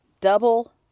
double